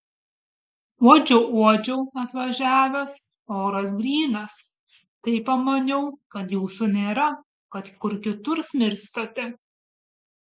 uodžiau uodžiau atvažiavęs oras grynas tai pamaniau kad jūsų nėra kad kur kitur smirstate